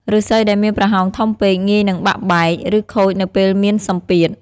ឫស្សីដែលមានប្រហោងធំពេកងាយនឹងបាក់បែក ឬខូចនៅពេលមានសម្ពាធ។